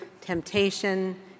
temptation